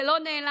זה לא נעלם,